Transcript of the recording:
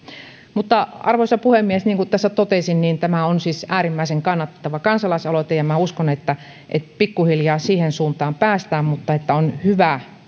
arvoisa puhemies niin kuin tässä totesin tämä on siis äärimmäisen kannatettava kansalaisaloite ja uskon että pikkuhiljaa siihen suuntaan päästään mutta on hyvä